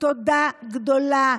תודה גדולה.